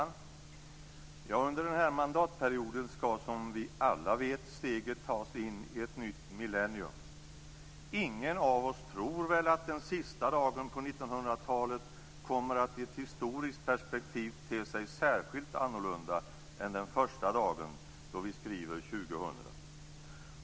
Herr talman! Under den här mandatperioden skall, som vi alla vet, steget tas in i ett nytt millennium. Ingen av oss tror väl att den sista dagen på 1900-talet i ett historiskt perspektiv kommer att te sig särskilt annorlunda än den första dagen då vi skriver 2000.